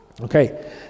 Okay